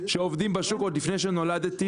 שעובדים בשוק עוד לפני שנולדתי,